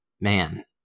man